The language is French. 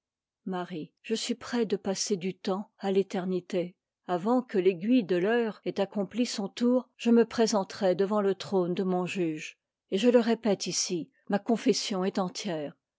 âme je suis près de passer du temps à t'éternité avant que l'aiguille de l'heure ait accompli son tour je me présenterai devant le trône de mon juge et je le répète ici ma confession est entière